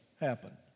happen